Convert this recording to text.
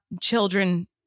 children